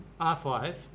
R5